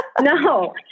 No